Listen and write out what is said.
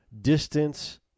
distance